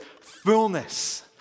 fullness